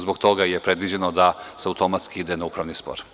Zbog toga je predviđeno da se automatski ide na upravni spor.